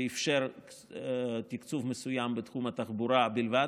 שאפשר תקצוב מסוים בתחום התחבורה בלבד.